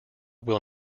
will